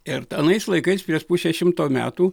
ir anais laikais prieš pusę šimto metų